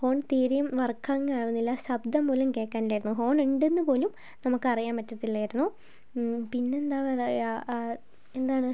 horn തീരെയും working ആവുന്നില്ല ശബ്ദം പോലും കേക്കാനില്ലായിരുന്നു ഹോൺ ഉണ്ടെന്നു പോലും നമുക്ക് അറിയാൻപറ്റത്തില്ലായിരുന്നു പിന്നെന്താ പറയുക എന്താണ്